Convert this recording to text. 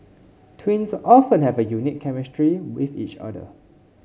twins often have a unique chemistry with each other